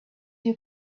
you